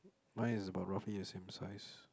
mine is about roughly a same size